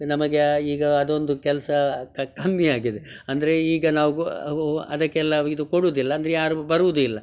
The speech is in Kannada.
ನಮಗೆ ಈಗ ಅದೊಂದು ಕೆಲಸ ಕಮ್ಮಿಯಾಗಿದೆ ಅಂದರೆ ಈಗ ನಾವು ಅದಕ್ಕೆಲ್ಲ ಇದು ಕೊಡೋದಿಲ್ಲ ಅಂದರೆ ಯಾರು ಬರುವುದು ಇಲ್ಲ